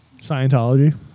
Scientology